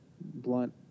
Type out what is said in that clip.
Blunt